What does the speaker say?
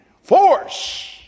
force